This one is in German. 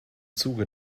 zuge